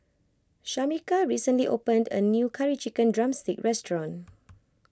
Shameka recently opened a new Curry Chicken Drumstick restaurant